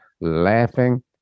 laughing